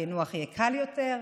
הפענוח יהיה קל יותר,